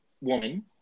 woman